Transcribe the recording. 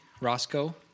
Roscoe